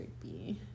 creepy